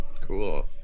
Cool